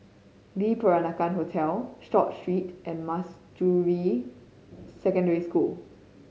Le Peranakan Hotel Short Street and Manjusri Secondary School